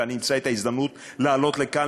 ואני אמצא את ההזדמנות לעלות לכאן,